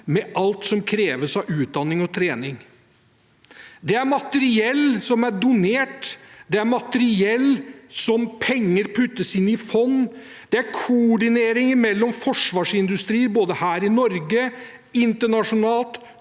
med alt som kreves av utdanning og trening. Det er materiell som er donert. Det er penger som puttes inn i fond. Det er koordinering mellom forsvarsindustri både her i Norge og internasjonalt,